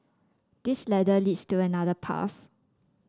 this ladder leads to another path